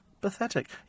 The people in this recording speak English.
Pathetic